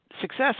Success